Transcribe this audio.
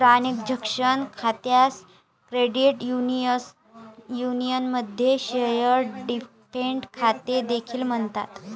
transaction खात्यास credit युनियनमध्ये share draft खाते देखील म्हणतात